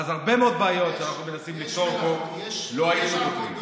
ואז הרבה מאוד בעיות שאנחנו מנסים לפתור פה לא היו צצות.